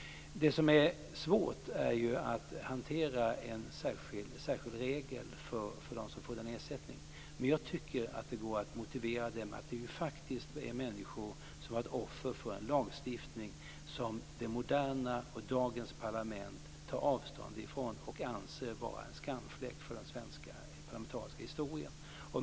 Det som är svårt är ju att hantera en särskild regel för dem som får den här ersättningen. Men jag tycker att det går att motivera detta med att det ju faktiskt handlar om människor som har varit offer för en lagstiftning som dagens moderna parlament tar avstånd ifrån och anser vara en skamfläck i den svenska parlamentariska historien.